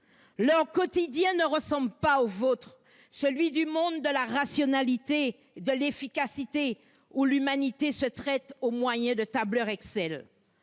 Leur quotidien ne ressemble pas au vôtre, celui du monde de la rationalité et de l'efficacité, où l'humanité se traite au moyen de tableurs Excel.